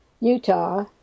Utah